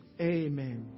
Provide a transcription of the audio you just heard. amen